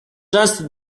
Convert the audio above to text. just